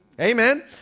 Amen